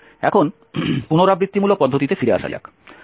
এখন পুনরাবৃত্তিমূলক পদ্ধতিতে ফিরে আসা যাক